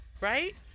Right